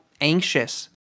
anxious